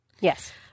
Yes